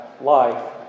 life